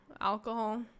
alcohol